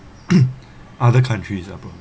other countries apple